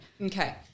Okay